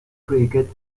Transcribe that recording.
cricket